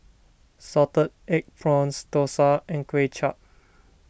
Salted Egg Prawns Dosa and Kuay Chap